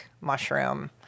mushroom